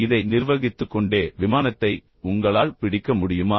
இதை நிர்வகித்துக் கொண்டே விமானத்தை உங்களால் பிடிக்க முடியுமா